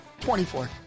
24